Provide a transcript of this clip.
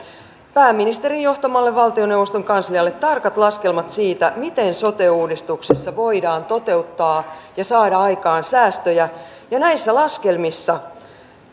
pääministerin johtamalle valtioneuvoston kanslialle tarkat laskelmat siitä miten sote uudistuksessa voidaan toteuttaa ja saada aikaan säästöjä näissä laskelmissa